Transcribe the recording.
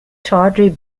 tawdry